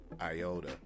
IOTA